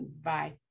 Bye